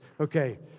okay